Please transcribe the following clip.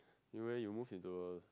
you leh you move into a